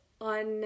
on